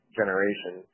generation